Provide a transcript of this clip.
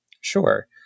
Sure